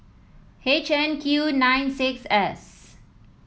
H N Q nine six S